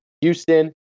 Houston